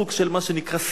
סוג של מה שנקרא סטייל,